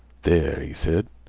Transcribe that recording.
there, he said,